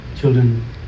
Children